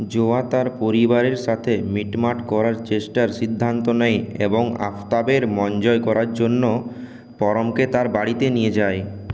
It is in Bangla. জোয়া তার পরিবারের সাথে মিটমাট করার চেষ্টার সিদ্ধান্ত নেয় এবং আফতাবের মন জয় করার জন্য পরমকে তার বাড়িতে নিয়ে যায়